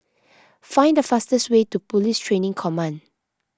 find the fastest way to Police Training Command